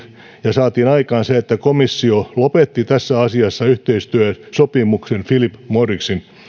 ja saatiin aikaan se että komissio lopetti tässä asiassa yhteistyösopimuksen philip morrisin